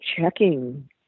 checking